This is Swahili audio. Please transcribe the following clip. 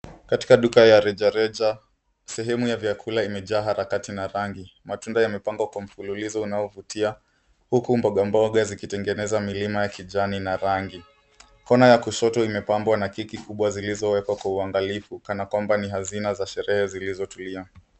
Katika duka ya rejareja, sehemu ya vyakula imejaa harakati na rangi. Matunda yamepangwa kwa mfululizo unaovutia huku mboga mboga zikitengeneza milima ya kijani na rangi. Kona ya kushoto imepambwa na keki kubwa zilizowekwa kwa uangalifu kana kwamba ni hazina za sherehe zilizotulia.